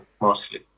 mostly